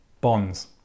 bonds